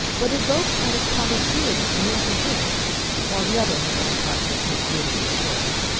but evoked out of promiscuity and incoherence while the other had been the product of continuity and choice.